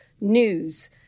news